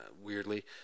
Weirdly